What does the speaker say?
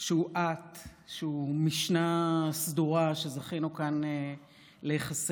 בואו נסיר כאן איזה